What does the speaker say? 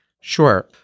Sure